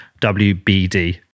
WBD